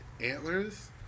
antlers